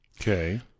Okay